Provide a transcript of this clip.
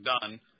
done